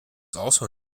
also